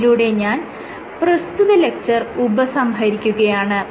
ഇതിലൂടെ ഞാൻ പ്രസ്തുത ലെക്ച്ചർ ഉപസംഹരിക്കുകയാണ്